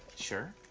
sure.